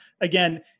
again